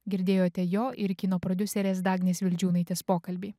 girdėjote jo ir kino prodiuserės dagnės vildžiūnaitės pokalbį